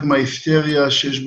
ומה קרה?